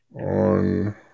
on